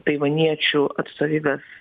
taivaniečių atstovybės